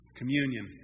communion